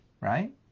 right